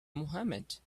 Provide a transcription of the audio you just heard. mohamed